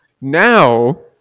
now